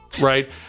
right